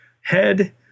head